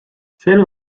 sel